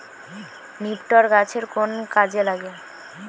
নিপটর গাছের কোন কাজে দেয়?